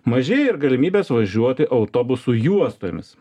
mažėja ir galimybės važiuoti autobusų juostomis